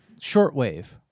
shortwave